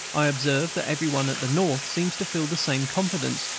i observe that every one at the north seems to feel the same confidence,